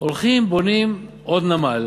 הולכים, בונים עוד נמל